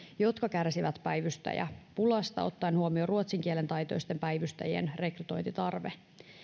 jotka kärsivät päivystäjäpulasta ottaen huomioon ruotsin kielen taitoisten päivystäjien rekrytointitarve